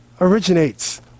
originates